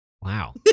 Wow